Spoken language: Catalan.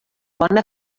bona